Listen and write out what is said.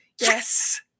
yes